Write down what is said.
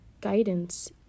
guidance